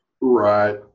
right